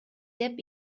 деп